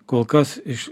kol kas iš